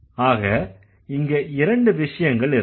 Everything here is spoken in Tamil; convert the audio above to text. ஆக இங்க இரண்டு விஷயங்கள் இருக்கு